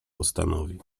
postanowi